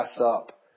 up